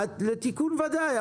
לתיקון, בוודאי.